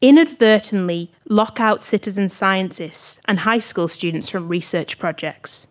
inadvertently lock-out citizen scientists and high school students from research projects.